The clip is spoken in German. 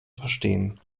verstehen